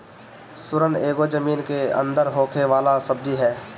सुरन एगो जमीन के अंदर होखे वाला सब्जी हअ